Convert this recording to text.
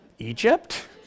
Egypt